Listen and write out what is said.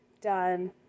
done